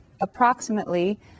approximately